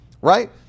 right